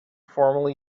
formally